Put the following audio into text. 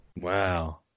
Wow